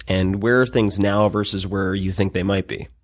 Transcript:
and where are things now versus where you think they might be?